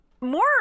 more